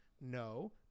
No